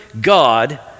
God